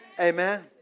Amen